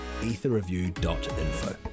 etherreview.info